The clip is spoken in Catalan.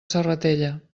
serratella